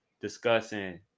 discussing